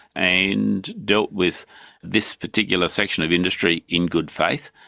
and dealt with this particular section of industry in good faith.